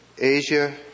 Asia